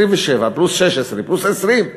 27 פלוס 16 פלוס 20,